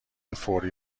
فوری